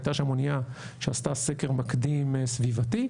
הייתה שם אונייה שעשתה סקר מקדים סביבתי.